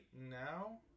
now